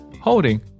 holding